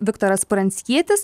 viktoras pranckietis